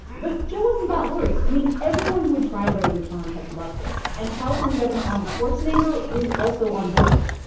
but joe wasn't that worried. i mean, everyone who had tried readyreturn had loved it. and california governor arnold schwarzenegger was also on board.